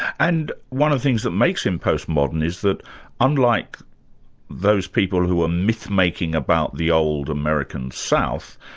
and one of the things that makes him postmodern is that unlike those people who were myth-making about the old american south,